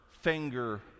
finger